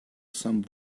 some